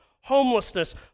Homelessness